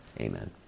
Amen